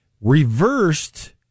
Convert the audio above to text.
reversed